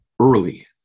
early